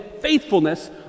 faithfulness